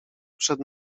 przed